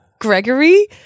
Gregory